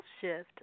shift